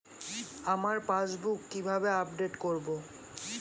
আমার পাসবুক কিভাবে আপডেট করবো?